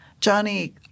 Johnny